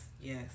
yes